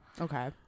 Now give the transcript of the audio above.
Okay